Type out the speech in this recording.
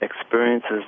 experiences